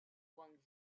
flung